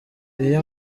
iyo